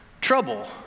trouble